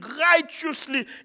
righteously